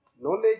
knowledge